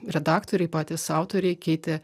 redaktoriai patys autoriai keitė